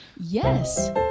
Yes